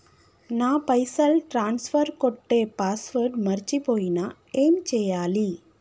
నా పైసల్ ట్రాన్స్ఫర్ కొట్టే పాస్వర్డ్ మర్చిపోయిన ఏం చేయాలి?